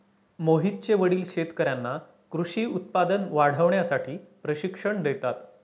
मोहितचे वडील शेतकर्यांना कृषी उत्पादन वाढवण्यासाठी प्रशिक्षण देतात